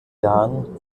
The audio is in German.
jahren